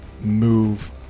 move